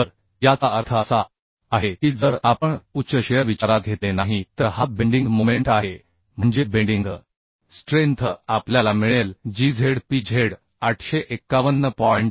तर याचा अर्थ असा आहे की जर आपण उच्च शिअर विचारात घेतले नाही तर हा बेंडिंग मोमेंट आहे म्हणजे बेंडिंग स्ट्रेंथ आपल्याला मिळेल जी Z p Z 851